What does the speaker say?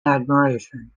admiration